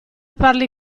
parli